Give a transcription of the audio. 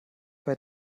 bei